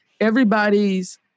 everybody's